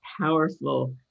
powerful